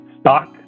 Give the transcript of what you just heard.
stock